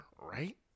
right